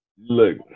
Look